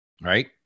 right